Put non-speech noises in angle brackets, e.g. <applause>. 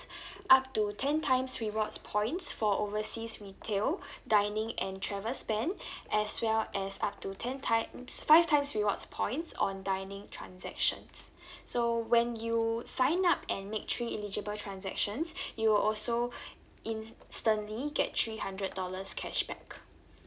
<breath> up to ten times rewards points for overseas retail dining and travel spend <breath> as well as up to ten times five times rewards points on dining transactions <breath> so when you sign up and make three eligible transactions <breath> you will also <breath> instantly get three hundred dollars cashback